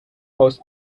post